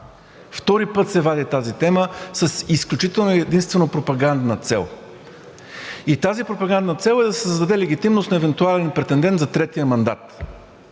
втори път се вади тази тема с изключително и единствено пропагандна цел. И тази пропагандна цел е да се създаде легитимност на евентуален претендент за третия мандат,